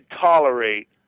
tolerate